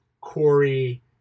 Corey